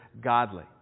godly